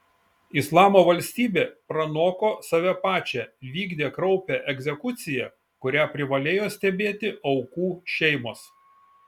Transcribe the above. islamo valstybė pranoko save pačią vykdė kraupią egzekuciją kurią privalėjo stebėti aukų šeimos